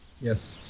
Yes